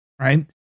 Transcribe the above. right